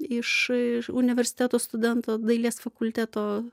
iš universiteto studento dailės fakulteto